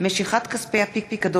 הצהרת מחלה),